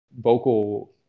vocal